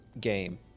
game